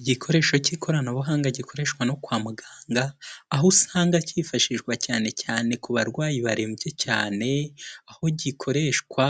Igikoresho k'ikoranabuhanga gikoreshwa no kwa muganga, aho usanga cyifashishwa cyane cyane ku barwayi barembye cyane, aho gikoreshwa